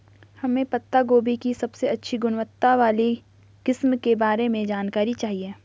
हमें पत्ता गोभी की सबसे अच्छी गुणवत्ता वाली किस्म के बारे में जानकारी चाहिए?